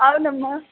అవునమ్మ